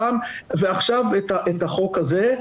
ועכשיו את החוק הזה,